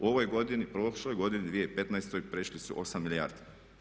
U ovoj godini, prošloj godini 2015. prešli su 8 milijardi.